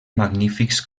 magnífics